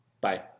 Bye